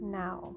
now